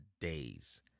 days